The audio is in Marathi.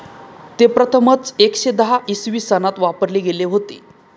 ते प्रथमच एकशे दहा इसवी सनात वापरले गेले होते